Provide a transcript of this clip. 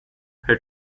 her